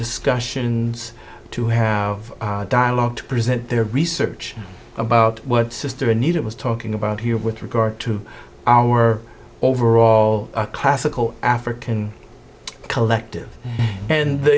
discussions to have dialogue to present their research about what sister anita was talking about here with regard to our overall classical african collective and the